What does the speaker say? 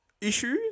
issue